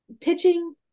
Pitching